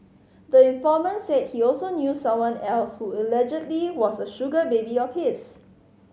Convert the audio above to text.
the informant said he also knew someone else who allegedly was a sugar baby of his